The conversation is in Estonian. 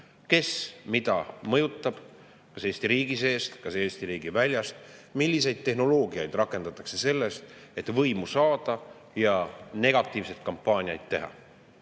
Kes mida mõjutab, kas Eesti riigi seest, kas Eesti riigist väljas? Millist tehnoloogiat rakendatakse selleks, et võimu saada ja negatiivseid kampaaniaid teha?